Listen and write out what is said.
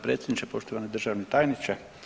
predsjedniče, poštovani državni tajniče.